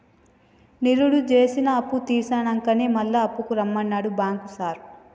నిరుడు జేసిన అప్పుతీర్సినంకనే మళ్ల అప్పుకు రమ్మన్నడు బాంకు సారు